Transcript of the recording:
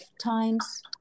times